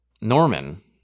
Norman